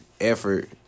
effort